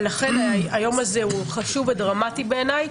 אבל לכן היום הזה הוא חשוב ודרמטי בעיניי,